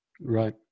Right